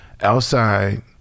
outside